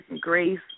grace